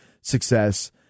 success